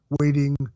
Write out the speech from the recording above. waiting